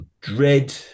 Dread